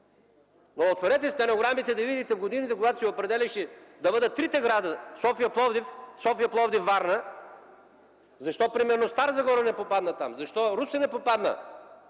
Не. Отворете стенограмите, за да видите годината, когато се определяше да бъдат трите града – София, Пловдив и Варна. Защо примерно Стара Загора не попадна там? Защо Русе не попадна